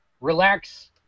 Relax